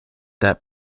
that